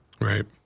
Right